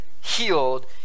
healed